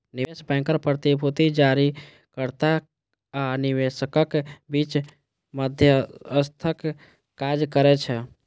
निवेश बैंकर प्रतिभूति जारीकर्ता आ निवेशकक बीच मध्यस्थक काज करै छै